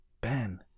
Ben